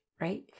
right